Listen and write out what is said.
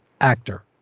actor